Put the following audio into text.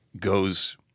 goes